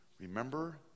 Remember